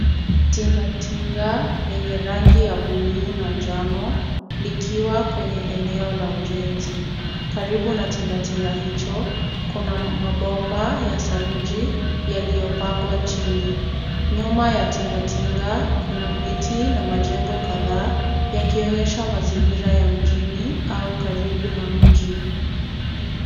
Tingatinga lenye rangi ya blue na njano, likiwa kwenye eneo la ujenzi. Karibu na tingatinga hicho, kuna mabomba ya saruji, yaliyopangwa chini. Nyuma ya tingatinga, kuna miti na majengo kadhaa, yakionyesha mazingira ya mjini au karibu na mji.